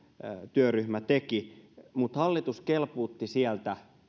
työryhmä teki mutta hallitus kelpuutti sieltä